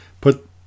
put